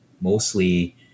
mostly